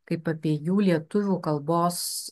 kaip apie jų lietuvių kalbos